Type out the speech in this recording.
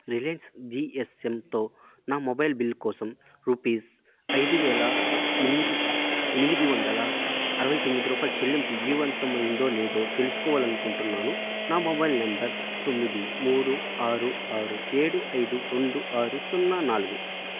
Reliance జీఎస్ఎమ్తో నా mobile bill కోసం రుపీస్ ఐదు వేల ఎనిమిది ఎనిమిది వందల అరవై తొమ్మిది రూపాయలు చెల్లింపు విజయవంతమైందో లేదో తెలుసుకోవాలనుకుంటున్నాను నా మొబైల్ నంబర్ తొమ్మిది మూడు ఆరు ఆరు ఏడు ఐదు రెండు ఆరు సున్నా నాలుగు